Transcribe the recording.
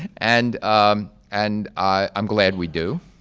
and um and i'm glad we do.